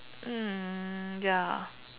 ya